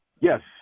yes